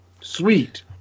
Sweet